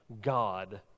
God